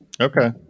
Okay